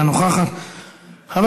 אינה נוכחת,